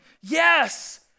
yes